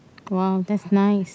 !wow! that's nice